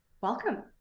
welcome